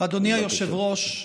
אדוני היושב-ראש,